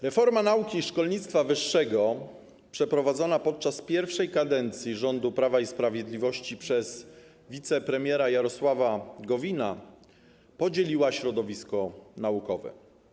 Reforma nauki i szkolnictwa wyższego przeprowadzona podczas pierwszej kadencji rządu Prawa i Sprawiedliwości przez wicepremiera Jarosława Gowina podzieliła środowisko naukowe.